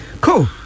cool